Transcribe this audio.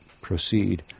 proceed